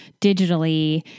digitally